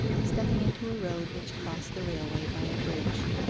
stepping into a road which crossed the railway by a bridge.